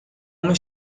homem